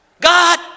God